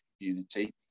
community